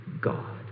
God